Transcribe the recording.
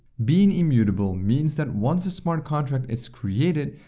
being immutable means that once a smart contract is created,